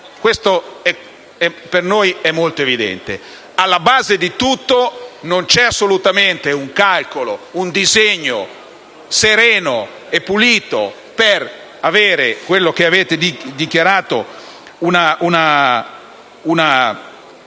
che per noi è molto evidente: alla base di tutto non c'è assolutamente un calcolo, un disegno sereno e pulito per avere quello che avete dichiarato,